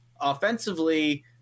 offensively